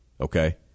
okay